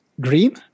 green